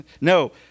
No